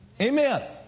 Amen